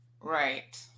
Right